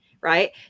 right